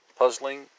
puzzling